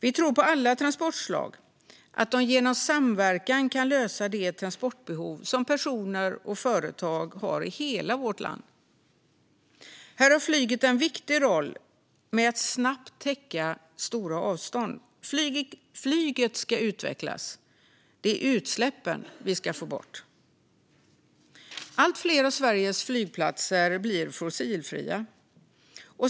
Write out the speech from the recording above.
Vi tror på alla transportslag och att de genom att samverka kan lösa det transportbehov som personer och företag har i vårt land. Här har flyget en viktig roll med att snabbt täcka stora avstånd. Flyget ska utvecklas - det är utsläppen vi ska få bort. Allt fler av Sveriges flygplatser blir fossilfria.